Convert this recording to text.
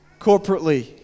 corporately